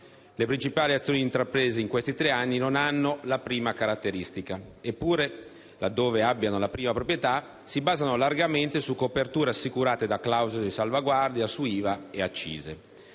Le principali azioni intraprese in questi tre anni non hanno la prima caratteristica. Eppure, laddove abbiano la prima proprietà, si basano largamente su coperture assicurate da clausole di salvaguardia su IVA e accise.